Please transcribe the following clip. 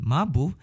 Mabu